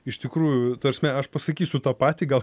iš tikrųjų ta prasme aš pasakysiu tą patį gal